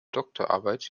doktorarbeit